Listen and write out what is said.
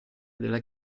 della